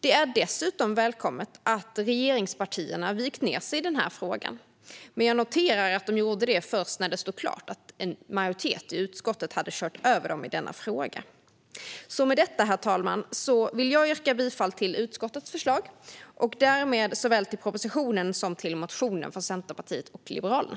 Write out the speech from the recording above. Det är dessutom välkommet att regeringspartierna har vikt ned sig i den här frågan, men jag noterar att de gjorde det först när det stod klart att en majoritet i utskottet hade kört över dem i denna fråga. Herr talman! Jag vill yrka bifall till utskottets förslag och därmed såväl till propositionen som till motionen från Centerpartiet och Liberalerna.